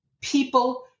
people